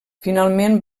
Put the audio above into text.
finalment